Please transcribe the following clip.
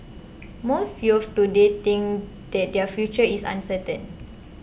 most youths today think that their future is uncertain